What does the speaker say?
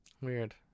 Weird